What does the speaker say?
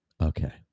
okay